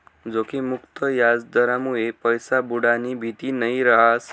जोखिम मुक्त याजदरमुये पैसा बुडानी भीती नयी रहास